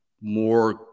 more